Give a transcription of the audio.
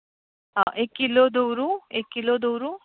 एक किलो दवरूं एक किलो दवरूं